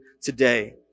today